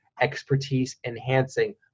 expertise-enhancing